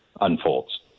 unfolds